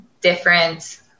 different